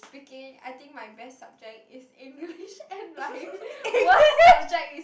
freaking I think my best subject is English and my worst subject is